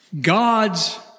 God's